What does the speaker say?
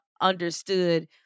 understood